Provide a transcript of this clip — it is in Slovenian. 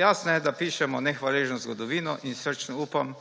Jasno je, da pišemo nehvaležno zgodovino, in srčno upam,